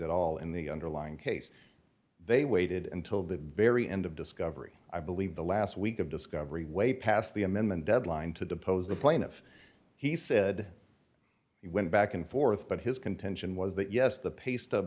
at all in the underlying case they waited until the very end of discovery i believe the last week of discovery way past the amendment deadline to depose the plaintiff he said he went back and forth but his contention was that yes the p